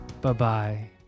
Bye-bye